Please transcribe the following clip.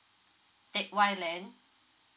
teck whye lane